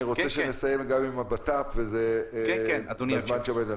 אני רוצה שנסיים גם עם הבט"פ בזמן שעומד לרשותנו.